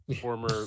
former